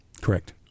correct